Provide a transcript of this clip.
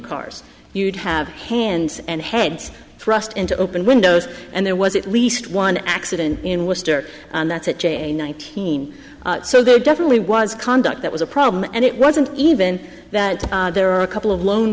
cars you'd have hands and heads thrust into open windows and there was at least one accident in worcester and that's it j nineteen so there definitely was conduct that was a problem and it wasn't even that there are a couple of lone